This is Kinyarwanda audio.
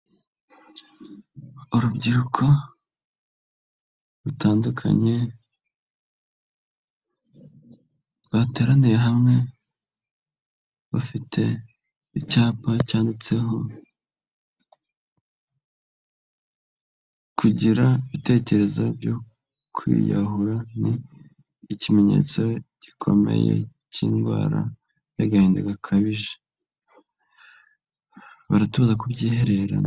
Urubyiruko rutandukanye, rwateraniye hamwe, bafite icyapa cyanditseho, kugira ibitekerezo byo kwiyahura, ni ikimenyetso gikomeye cy'indwara y'agahinda gakabije, baratubuza kubyihererana.